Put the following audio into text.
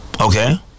Okay